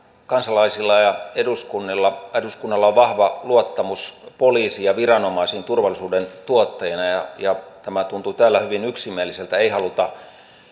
kansalaisilla ja eduskunnalla eduskunnalla on vahva luottamus poliisiin ja viranomaisiin turvallisuuden tuottajina ja ja tämä tuntuu täällä hyvin yksimieliseltä ei haluta